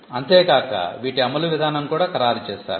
అంతే కాక వీటి అమలు విధానం కూడా ఖరారు చేసారు